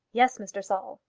yes, mr. saul.